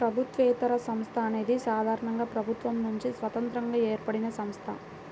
ప్రభుత్వేతర సంస్థ అనేది సాధారణంగా ప్రభుత్వం నుండి స్వతంత్రంగా ఏర్పడినసంస్థ